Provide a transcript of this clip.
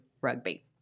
rugby